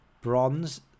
bronze